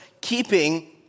keeping